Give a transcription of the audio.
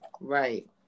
Right